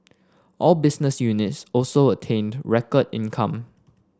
all business units also attained record income